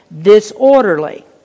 disorderly